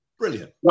Brilliant